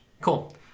Cool